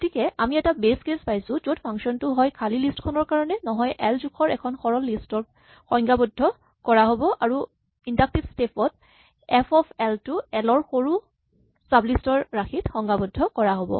গতিকে আমি এটা বেচ কেচ পাইছো য'ত ফাংচন টো হয় খালী লিষ্ট খনৰ কাৰণে নহয় এল জোখৰ এখন সৰল লিষ্ট ৰ সংজ্ঞাবদ্ধ কৰা হ'ব আৰু ইন্ডাক্টিভ স্টেপ ত এফ অফ এল টো এল ৰ সৰু চাব লিষ্ট ৰ ৰাশিত সংজ্ঞাবদ্ধ কৰা হ'ব